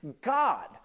God